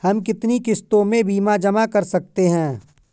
हम कितनी किश्तों में बीमा जमा कर सकते हैं?